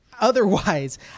otherwise